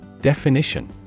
Definition